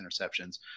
interceptions